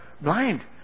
blind